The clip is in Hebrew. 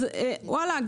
אז וואלה,